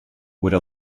would